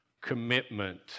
commitment